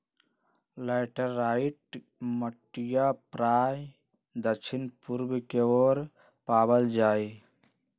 laterite मटिया प्रायः दक्षिण पूर्व के ओर पावल जाहई